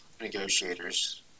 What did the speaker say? negotiators